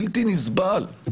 בלתי נסבל,